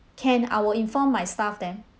can I will inform my staff then